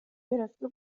گرفته